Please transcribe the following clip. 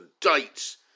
dates